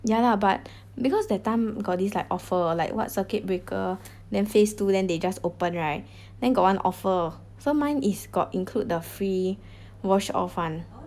yeah lah but because that time got this like offer like what circuit breaker then phase two then they just open right then got one offer then mine is got include the free wash off [one]